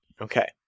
Okay